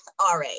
RA